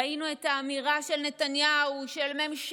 ראינו את האמירה של נתניהו על ממשלת